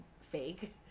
fake